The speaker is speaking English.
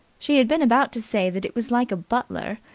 she had been about to say that it was like a butler,